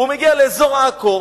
הוא מגיע לאזור עכו,